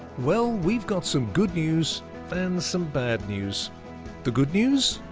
well we've got some good news and some bad news the good news?